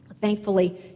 Thankfully